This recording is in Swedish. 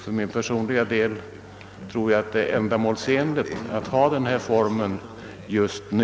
För min personliga del tror jag att denna form är ändamålsenlig just nu.